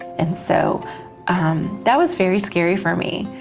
and so that was very scary for me.